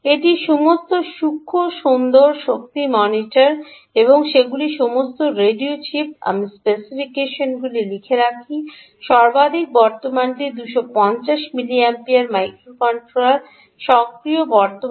এটি সমস্ত সূক্ষ্ম সুন্দর শক্তি মনিটর এবং সেগুলি সমস্ত রেডিও চিপ আমি স্পেসিফিকেশনগুলি লিখে রাখি সর্বাধিক বর্তমানটি 250 মিলিমিপিয়ার মাইক্রোকন্ট্রোলার সক্রিয় বর্তমান